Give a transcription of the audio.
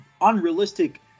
unrealistic